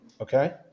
Okay